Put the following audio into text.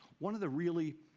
one of the really